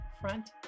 Front